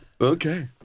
Okay